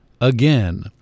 again